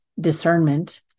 discernment